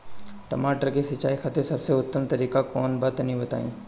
टमाटर के सिंचाई खातिर सबसे उत्तम तरीका कौंन बा तनि बताई?